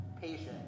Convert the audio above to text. patient